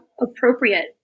Appropriate